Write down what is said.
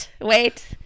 wait